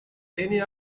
any